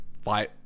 fight